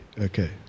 Okay